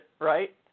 right